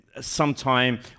sometime